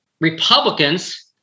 Republicans